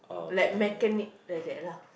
like mechanic like that lah